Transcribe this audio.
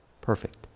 perfect